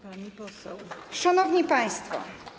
Pani poseł... Szanowni Państwo!